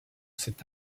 cet